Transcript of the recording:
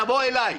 תבוא אליי,